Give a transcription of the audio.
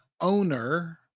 owner